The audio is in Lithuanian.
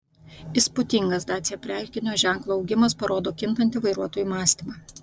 įspūdingas dacia prekinio ženklo augimas parodo kintantį vairuotojų mąstymą